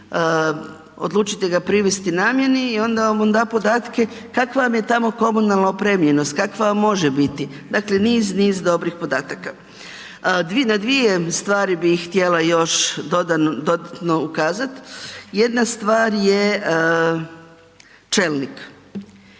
odlučite ga privesti namjeni onda vam on da podatke kakva vam je tamo komunalna opremljenost, kakva vam može biti, dakle niz, niz dobrih podataka. Dvi, na dvije stvari bih htjela još dodano, dodatno ukazat, jedna stvar je čelnik.